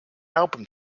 album